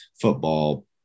football